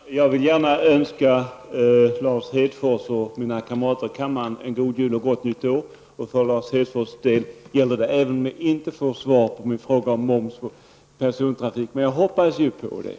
Herr talman! Jag vill gärna önska Lars Hedfors och mina kamrater i kammaren en god jul och ett gott nytt år. För Lars Hedfors del gäller detta även om jag inte får svar på min fråga om moms på kollektivtrafik, men jag hoppas på ett svar.